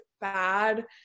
bad